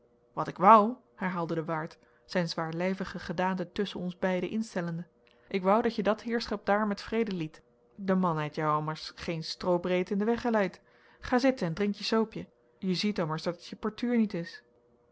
wat ik woû herhaalde de waard zijn zwaarlijvige gedaante tusschen ons beiden instellende ik woû dat je dut heerschap daar met vrede liet de man heit jou ommers geen stroobreedte in den weg eleid ga zitten en drink je zoopje je ziet ommers dat het je portuur niet is